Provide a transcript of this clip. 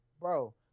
bro